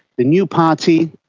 the new party,